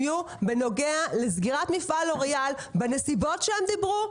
יהיו בנוגע לסגירת מפעל לוריאל בנסיבות שהם דיברו,